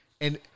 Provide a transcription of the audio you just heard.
And-